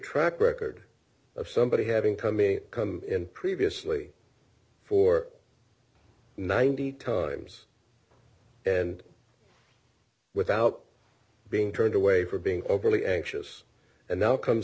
track record of somebody having come a come in previously for ninety times and without being turned away for being overly anxious and now comes